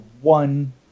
one